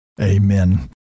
Amen